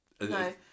No